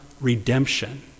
redemption